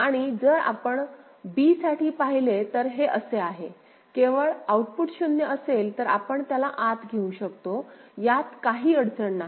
आणि जर आपण b साठी पाहिले तर हे असे आहे केवळ आऊटपुट 0 असेल तर आपण त्याला आत घेऊ शकतो यात काही अडचण नाही